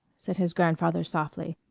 said his grandfather softly,